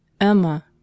Emma